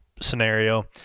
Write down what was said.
scenario